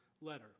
letter